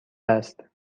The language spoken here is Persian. است